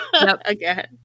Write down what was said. Again